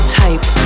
type